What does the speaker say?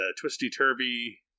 twisty-turvy